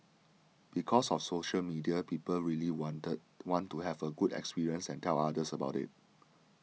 because of social media people really wanted want to have a good experience and tell others about it